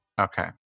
okay